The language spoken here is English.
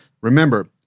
Remember